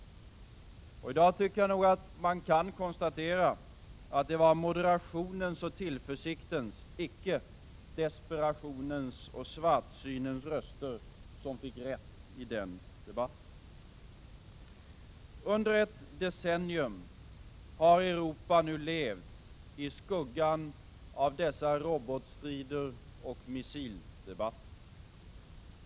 Och i dag kan vi konstatera att det var moderationens och tillförsiktens, icke desperationens och svartsynens, röster som fick rätt i debatten. Under ett decennium har Europa levt i skuggan av dessa robotstrider och missildebatter.